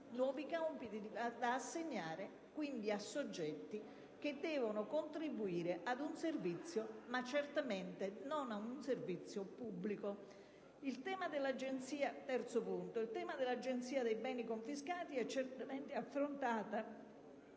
nuovi compiti da assegnare quindi a soggetti che devono contribuire ad un servizio, ma certamente non ad un servizio pubblico. In terzo luogo, il tema dell'Agenzia dei beni confiscati è certamente affrontato,